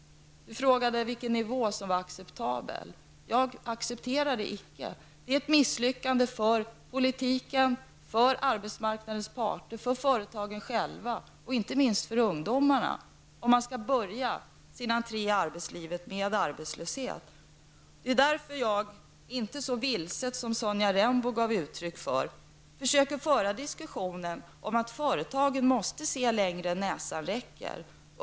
Han frågade vilken nivå som är acceptabel, men jag accepterar den icke. Det är ett misslyckande för politiken, för arbetsmarknadens parter, för företagen själva och inte minst för ungdomarna, om de skall börja sin entre i arbetslivet med arbetslöshet. Det är därför som jag inte så vilset som Sonja Rembo gav uttryck för försöker föra diskusionen om att företagen måste se längre än näsan räcker.